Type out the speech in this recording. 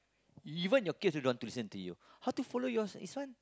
even your kids don't wanna listen to you how to follow your this one